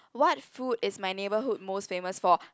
what food is my neighbourhood most famous for